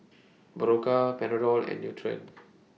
Berocca Panadol and Nutren